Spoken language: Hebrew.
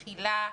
מכילה,